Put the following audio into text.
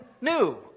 new